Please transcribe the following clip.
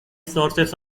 sources